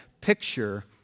picture